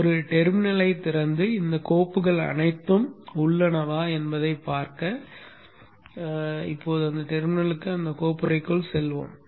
ஒரு டெர்மினலைத் திறந்து இந்தக் கோப்புகள் அனைத்தும் உள்ளனவா என்பதைப் பார்க்க டெர்மினலுக்கு அந்தக் கோப்புறைக்குள் செல்வோம்